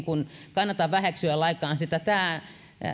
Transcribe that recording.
kannata väheksyä lainkaan sitä tämä